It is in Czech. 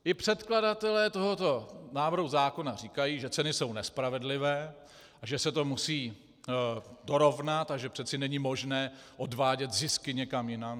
I předkladatelé tohoto návrhu zákona říkají, že ceny jsou nespravedlivé a že se to musí dorovnat a že přece není možné odvádět zisky někam jinam.